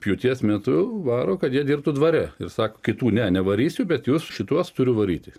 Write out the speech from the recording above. pjūties metu varo kad jie dirbtų dvare ir sako kitų ne nevarysiu bet jus šituos turiu varyti